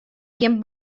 gjin